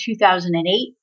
2008